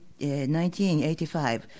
1985